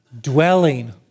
dwelling